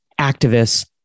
activists